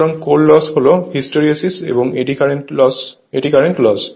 সুতরাং core loss হল hysteresis এবং এডি কারেন্ট লস